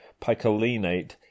picolinate